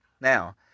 Now